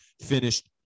finished